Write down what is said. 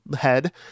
head